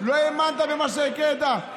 לא האמנת במה שהקראת.